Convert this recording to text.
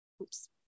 Oops